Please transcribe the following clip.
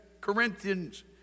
Corinthians